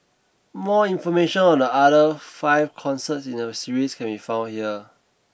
more information on the other five concerts in the series can be found here